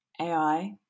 AI